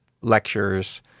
lectures